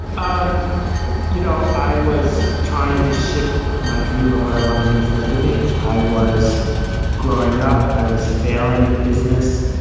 um you know, i was trying to shift my dream of what i wanted to do for a living. i was growing up, i was failing at business.